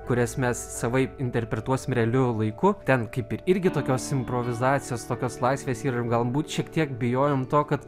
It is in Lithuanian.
kurias mes savaip interpretuosim realiu laiku ten kaip ir irgi tokios improvizacijos tokios laisvės ir galbūt šiek tiek bijojom to kad